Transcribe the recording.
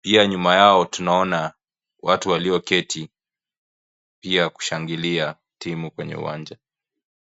Pia nyuma yao tunaona watu walioketi pia kushangilia timu kwenye uwanja.